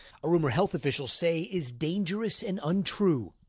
a rumor health officials say is dangerous and untrue.